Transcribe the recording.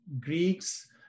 Greeks